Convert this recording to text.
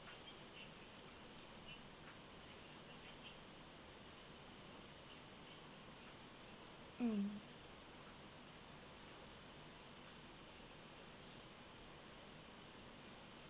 mm